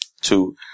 two